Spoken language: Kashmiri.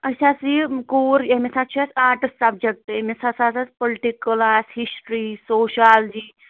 اَسہِ آس یہِ کوٗر ییٚمس چھِ اَسہِ آرٹٕس سبجکٹہٕ أمِس ہسا اَسہِ پُلٹکٕل آس ہسٹرٛی سوشالجی